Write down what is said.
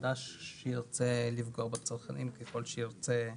חדש שירצה לפגוע בצרכנים ככל שירצה.